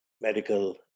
medical